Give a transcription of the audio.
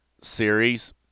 series